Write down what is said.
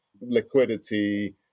liquidity